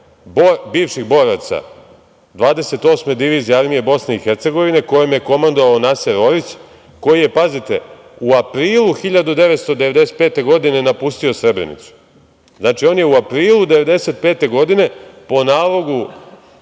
bivših boraca 28. divizije armije Bosne i Hercegovine, kojom je komandovao Naser Orić, koji je, pazite, u aprilu 1995. godine napustio Srebrenicu. Znači, on je u aprilu 1995. godine, po nalogu